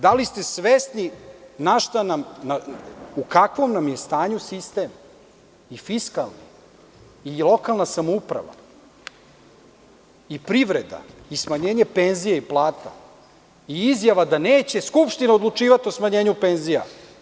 Da li ste svesni u kakvom nam je stanju sistem, i fiskalni i lokalna samouprava i privreda i smanjenje penzija i plata i izjava da neće Skupština odlučivati o smanjenju penzija?